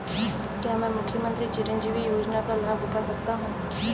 क्या मैं मुख्यमंत्री चिरंजीवी योजना का लाभ उठा सकता हूं?